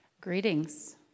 Greetings